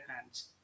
hands